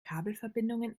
kabelverbindungen